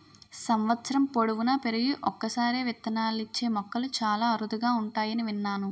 సంవత్సరం పొడువునా పెరిగి ఒక్కసారే విత్తనాలిచ్చే మొక్కలు చాలా అరుదుగా ఉంటాయని విన్నాను